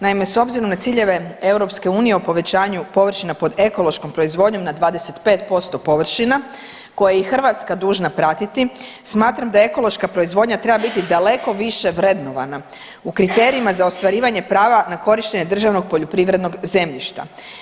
Naime, s obzirom na ciljeve EU o povećanju površina pod ekološkom proizvodnjom na 25% površina koje je i Hrvatska dužna pratiti smatram da ekološka proizvodnja treba biti daleko više vrednovana u kriterijima za ostvarivanje prava na korištenje državnog poljoprivrednog zemljišta.